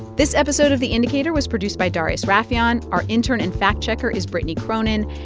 this episode of the indicator was produced by darius rafieyan. our intern and fact-checker is brittany cronin.